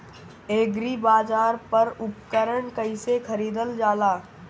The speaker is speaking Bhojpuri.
एग्रीबाजार पर उपकरण कइसे खरीदल जाला?